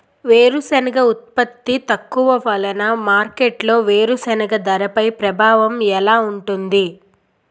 వేరుసెనగ ఉత్పత్తి తక్కువ వలన మార్కెట్లో వేరుసెనగ ధరపై ప్రభావం ఎలా ఉంటుంది?